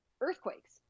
earthquakes